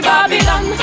Babylon